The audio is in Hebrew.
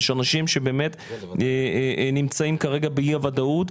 יש אנשים שבאמת נמצאים כרגע באי ודאות.